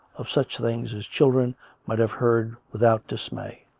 of such things as children might have heard without dismay.